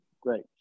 great